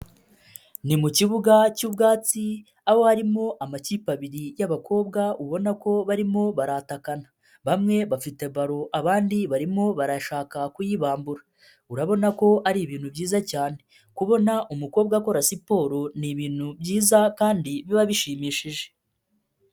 Ni mu kibuga cy'ubwatsi, aho harimo amakipe abiri y'abakobwa ubona ko barimo baratakana, bamwe bafite ballon, abandi barimo barashaka kuyibambura, urabona ko ari ibintu byiza cyane, kubona umukobwa akora siporo ni ibintu byiza kandi biba bishimishije.